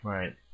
Right